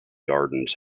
gardens